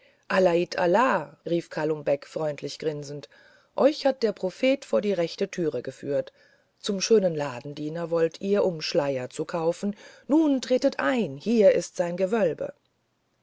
allah rief kalum beck freundlich grinsend euch hat der prophet vor die rechte türe geführt zum schönen ladendiener wollet ihr um schleier zu kaufen nun tretet nur ein hier ist sein gewölbe